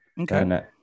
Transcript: Okay